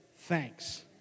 thanks